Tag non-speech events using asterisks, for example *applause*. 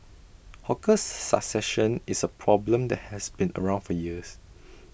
hawkers succession is A problem that has been around for years *noise*